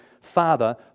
father